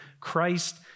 Christ